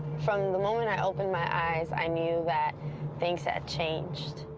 from the moment i opened my eyes, i knew that things had changed.